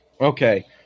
Okay